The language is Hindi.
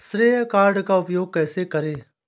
श्रेय कार्ड का उपयोग कैसे करें?